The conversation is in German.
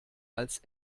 als